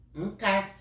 Okay